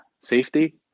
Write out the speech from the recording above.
safety